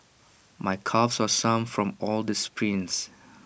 my calves are sore from all the sprints